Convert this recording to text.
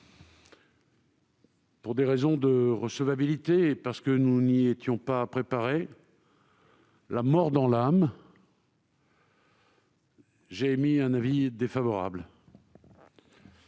pour des raisons de recevabilité et parce que nous n'y étions pas préparés, la mort dans l'âme, j'ai émis un avis défavorable.